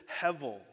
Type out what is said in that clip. hevel